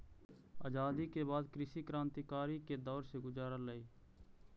आज़ादी के बाद कृषि क्रन्तिकारी के दौर से गुज़ारलई